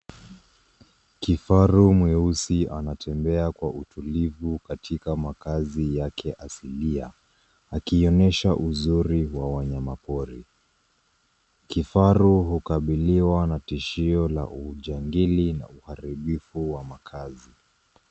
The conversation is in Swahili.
Kifaru mweusi anatembea kwa utulivu katika makaazi yake asilia. Akionesha uzuri wa wanyama pori. Kifaru hukabiliwa na tishio la ujangili na uharibifu wa makaazi.